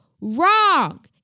Wrong